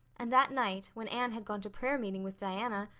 and that night, when anne had gone to prayer meeting with diana,